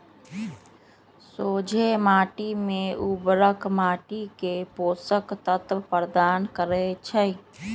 सोझें माटी में उर्वरक माटी के पोषक तत्व प्रदान करै छइ